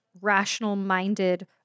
rational-minded